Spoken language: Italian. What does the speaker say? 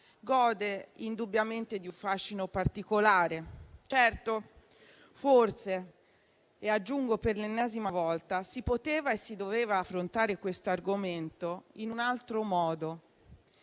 gode indubbiamente di un fascino particolare. Forse, lo aggiungo per l'ennesima volta, si poteva e si doveva affrontare questo argomento in un altro modo.